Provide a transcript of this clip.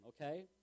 okay